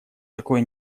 такое